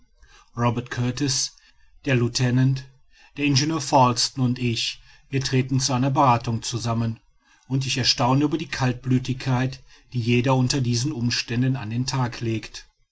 robert kurtis der lieutenant der ingenieur falsten und ich wir treten zu einer berathung zusammen und ich erstaune über die kaltblütigkeit die jeder unter diesen umständen an den tag legt